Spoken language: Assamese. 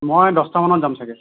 মই দহটা মানত যাম ছাগে